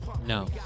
No